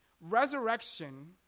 resurrection